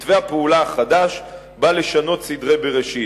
מתווה הפעולה החדש בא לשנות סדרי בראשית,